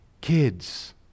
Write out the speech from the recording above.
kids